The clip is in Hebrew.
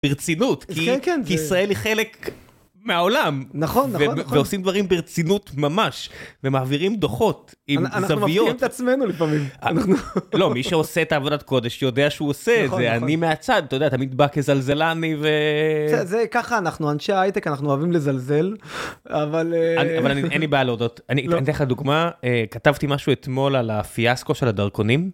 ברצינות כי ישראל היא חלק מהעולם נכון ועושים דברים ברצינות ממש ומעבירים דוחות עם זוויות אנחנו מפקירים את עצמנו לפעמים לא מי שעושה את העבודת קודש שיודע שהוא עושה זה אני מהצד אתה יודע תמיד בא כזלזלני וזה ככה אנחנו אנשי הייטק אנחנו אוהבים לזלזל אבל אין לי בעיה לעודות אני אתן לך דוגמה כתבתי משהו אתמול על האסקו של הדרכונים.